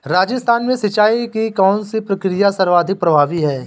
राजस्थान में सिंचाई की कौनसी प्रक्रिया सर्वाधिक प्रभावी है?